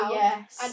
yes